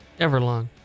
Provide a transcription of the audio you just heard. Everlong